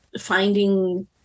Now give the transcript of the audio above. finding